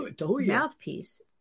mouthpiece